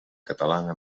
catalana